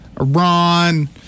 Iran